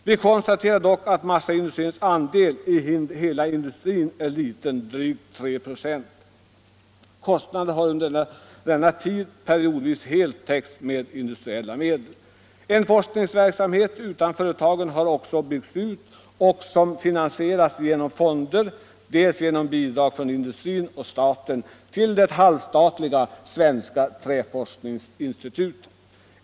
Vi konstaterar dock att massaindustrins andel av forskningsoch utvecklingsarbetet inom hela industrin är liten, drygt 3 96. Kostnaderna har under denna tidsperiod helt täckts med industriella medel. En forskningsverksamhet utanför företagen har också byggts ut till det halvstatliga Svenska träforskningsinstitutet och finansieras genom fonder med bidrag från industrin och staten.